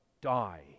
die